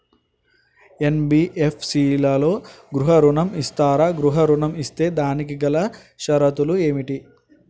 NBFC లలో గృహ ఋణం ఇస్తరా? గృహ ఋణం ఇస్తే దానికి గల షరతులు ఏమిటి?